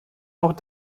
auch